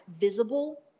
visible